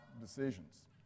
decisions